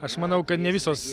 aš manau kad ne visos